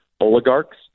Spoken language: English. oligarchs